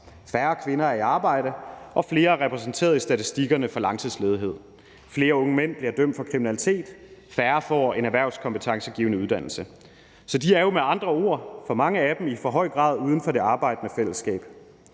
færre kvinder i arbejde, og flere er repræsenteret i statistikkerne for langtidsledighed. Der er flere unge mænd, der bliver dømt for kriminalitet, og færre får en erhvervskompetencegivende uddannelse. Så med andre ord er for mange af dem i for høj grad uden for det arbejdende fællesskab.